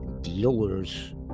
dealer's